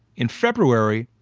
in february,